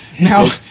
Now